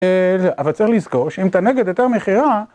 אבל צריך לזכור שאם אתה נגד היתר מכירה